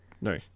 No